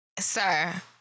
sir